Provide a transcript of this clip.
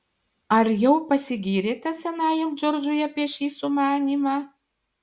ar jau pasigyrėte senajam džordžui apie šį sumanymą